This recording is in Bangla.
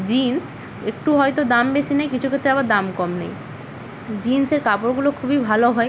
জিন্স একটু হয়তো দাম বেশি নেয় কিছু ক্ষেত্রে আবার দাম কম নেয় জিন্সের কাপড়গুলো খুবই ভালো হয়